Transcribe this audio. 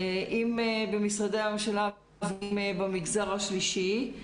אם במשרדי הממשלה ואם במגזר השלישי.